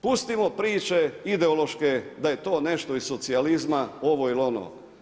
Pustimo priče ideološke da je to nešto iz socijalizma ovo ili ono.